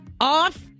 off